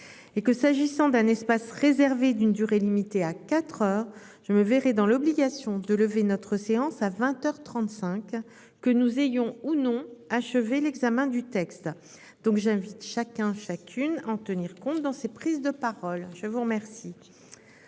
Et que s'agissant d'un espace réservé, d'une durée limitée à 4h je me verrais dans l'obligation de lever notre séance à 20h 35 que nous ayons ou non achevé l'examen du texte. Donc j'invite chacun chacune en tenir compte dans ses prises de parole, je vous remercie.